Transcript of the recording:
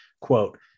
quote